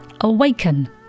awaken